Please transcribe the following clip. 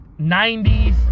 90s